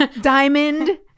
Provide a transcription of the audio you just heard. Diamond